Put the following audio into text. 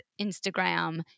Instagram